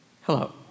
Hello